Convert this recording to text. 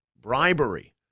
bribery